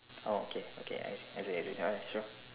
oh okay okay I say already alright sure